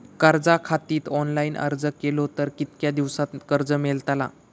कर्जा खातीत ऑनलाईन अर्ज केलो तर कितक्या दिवसात कर्ज मेलतला?